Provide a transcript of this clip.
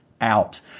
out